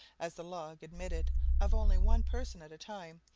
as the log admitted of only one person at a time,